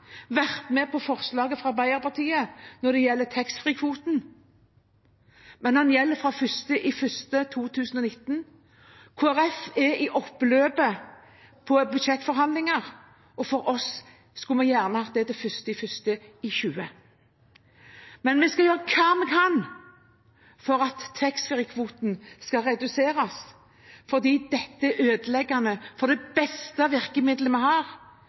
vært med på forslaget fra Arbeiderpartiet når det gjelder taxfree-kvoten, men det er ønsket at det skal gjelde fra 1. januar 2019. Kristelig Folkeparti er i oppløpet på budsjettforhandlingene, og vi skulle gjerne sett at dette gjaldt fra 1. januar 2020. Men vi skal gjøre hva vi kan for at taxfree-kvoten skal reduseres, for dette er ødeleggende for det beste virkemidlet vi har